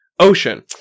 Ocean